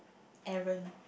Aaron